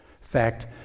fact